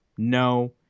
No